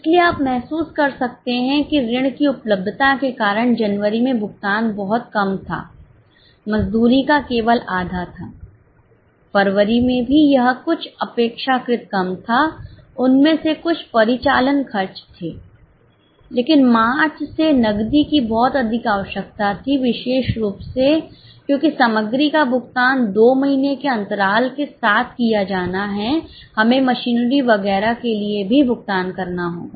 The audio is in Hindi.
इसलिए आप महसूस कर सकते हैं कि ऋण की उपलब्धता के कारण जनवरी में भुगतान बहुत कम था मजदूरी का केवल आधा था फरवरी में भी यह कुछ अपेक्षाकृत कम था उनमें से कुछ परिचालन खर्च थे लेकिन मार्च से नकदी की बहुत अधिक आवश्यकता थी विशेष रूप से क्योंकि सामग्री का भुगतान 2 महीने के अंतराल के साथ किया जाना है हमें मशीनरी वगैरह के लिए भी भुगतान करना होगा